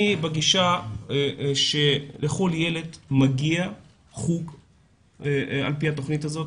אני בגישה שלכל ילד מגיע חוג על פי התוכנית הזאת.